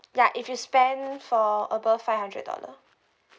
ya if you spend for above five hundred dollar